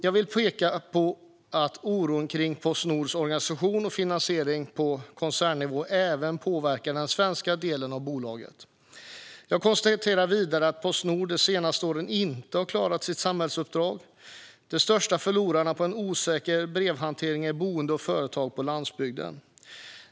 Jag vill peka på att oron kring Postnords organisation och finansiering på koncernnivå även påverkar den svenska delen av bolaget. Jag konstaterar vidare att Postnord de senaste åren inte har klarat sitt samhällsuppdrag. De största förlorarna på en osäker brevhantering är boende och företag på landsbygden.